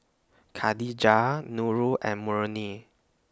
Khadija Nurul and Murni